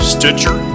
Stitcher